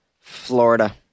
Florida